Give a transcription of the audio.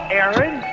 Aaron